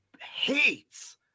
hates